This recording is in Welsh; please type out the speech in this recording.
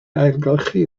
ailgylchu